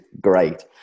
great